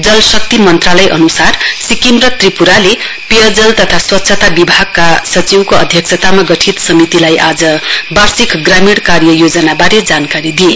जलशक्ति मन्त्रालय अन्सार सिक्किम र त्रिप्राले पेयजल तथा स्वच्छता विभागका सचिवको अध्यक्षतामा गठित समितिलाई आज वार्षिक ग्रामीण कार्य योजनाबारे जानकारी दिए